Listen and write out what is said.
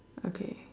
okay